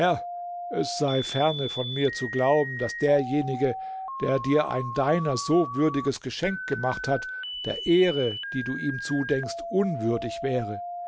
es sei ferne von mir zu glauben daß derjenige der dir ein deiner so würdiges geschenk gemacht hat der ehre die du ihm zudenkst unwürdig wäre